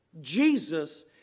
Jesus